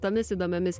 tomis įdomiomis